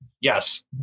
Yes